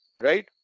right